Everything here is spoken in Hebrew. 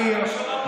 יאיר,